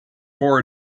four